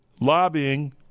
lobbying